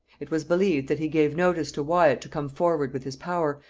it was believed that he gave notice to wyat to come forward with his power,